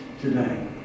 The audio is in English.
today